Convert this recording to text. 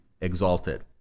exalted